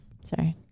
Sorry